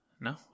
No